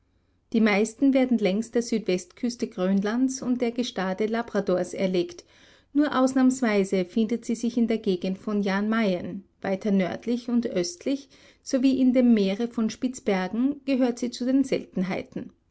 die meisten werden längs der südwestküste grönlands und der gestade labradors erlegt nur ausnahmsweise findet sie sich in der gegend von jan mayen weiter nördlich und östlich sowie in dem meere von spitzbergen gehört sie zu den seltenheiten